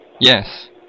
Yes